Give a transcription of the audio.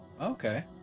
Okay